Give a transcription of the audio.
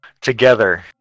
together